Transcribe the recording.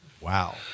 Wow